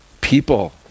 people